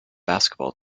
basketball